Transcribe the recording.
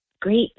great